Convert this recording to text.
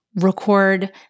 record